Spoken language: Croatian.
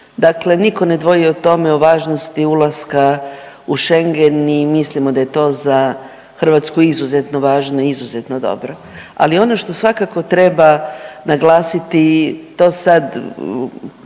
dakle niko ne dvoji o tome o važnosti ulaska u Schengen i mislimo da je to za Hrvatsku izuzetno važno i izuzetno dobro. Ali ono što svakako treba naglasiti to sad